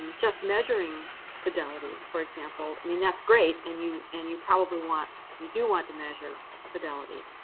um just measuring fidelity, for example, i mean, that's great, and you and you probably want you do want to measure fidelity.